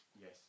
Yes